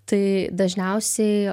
tai dažniausiai